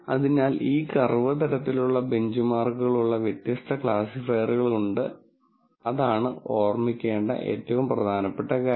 അതിനാൽ ഈ കർവ് തരത്തിലുള്ള ബെഞ്ച്മാർക്കുകൾ ഉള്ള വ്യത്യസ്ത ക്ലാസിഫയറുകൾ ഉണ്ട് അതാണ് ഓർമ്മിക്കേണ്ട ഏറ്റവും പ്രധാനപ്പെട്ട കാര്യം